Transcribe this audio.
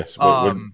yes